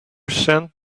send